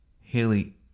Haley